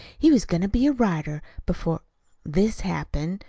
he was goin' to be a writer, before this happened.